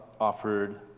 offered